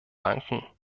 banken